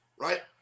Right